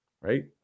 right